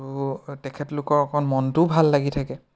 আৰু তেখেতলোকৰ অকণ মনটোও ভাল লাগি থাকে